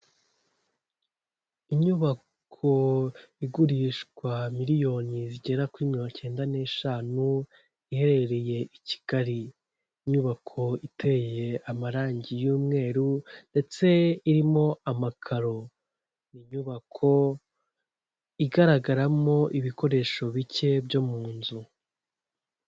Inyubako igurishwa miliyoni zigera kuri mirongo icyenda n'eshanu iherereye i Kigali. Inyubako iteye amarangi y'umweru ndetse irimo amakaro, inyubako igaragaramo ibikoresho bike byo mu nzu.